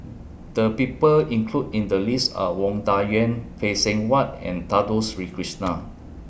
The People included in The list Are Wang Dayuan Phay Seng Whatt and Dato Sri Krishna